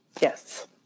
Yes